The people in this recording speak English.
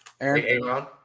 Aaron